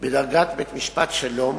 בדרגת בית-משפט שלום.